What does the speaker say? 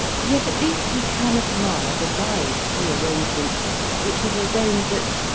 yet at least we can admire the wise prearrangement which has ordained that,